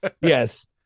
Yes